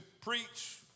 preach